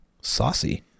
Saucy